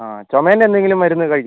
അതെ ചുമേറ്റെന്തെങ്കിലും മരുന്ന് കഴിച്ചോ